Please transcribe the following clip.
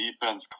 defense